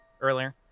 earlier